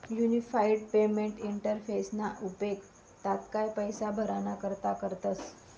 unified payment इंटरफेसना उपेग तात्काय पैसा भराणा करता करतस